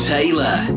Taylor